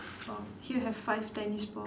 oh here have five tennis balls